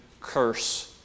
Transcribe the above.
curse